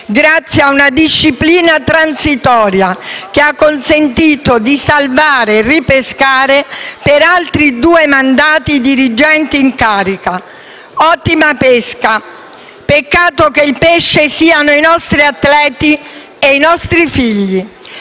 grazie a una disciplina transitoria, che ha consentito di salvare e ripescare per altri due mandati i dirigenti in carica. Ottima pesca! Peccato che i pesci siano i nostri atleti e i nostri figli!